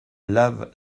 lave